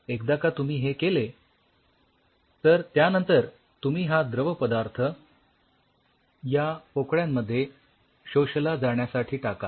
एकदा का तुम्ही हे केले तर त्यानंतर तुम्ही हा द्रव पदार्थ या पोकळ्यांमध्ये शोषला जाण्यासाठी टाकाल